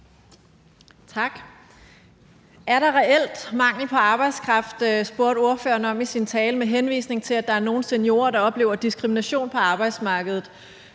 Er der reelt mangel på arbejdskraft? Det spurgte ordføreren om i sin tale, med henvisning til at der er nogle seniorer, der oplever diskrimination på arbejdsmarkedet.